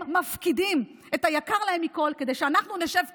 מפקידות את היקר להן מכל כדי שאנחנו נשב כאן,